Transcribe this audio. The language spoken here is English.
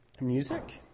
music